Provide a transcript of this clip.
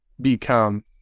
become